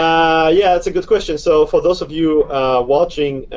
yeah, that's a good question. so for those of you watching,